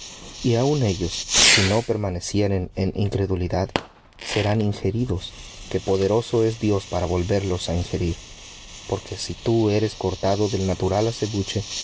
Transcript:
y aun ellos si no permanecieren en incredulidad serán ingeridos que poderoso es dios para volverlos á ingerir porque si tú eres cortado del natural acebuche